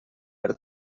per